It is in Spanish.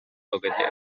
toqueteo